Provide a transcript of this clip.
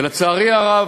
ולצערי הרב,